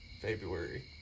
February